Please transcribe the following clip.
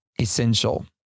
essential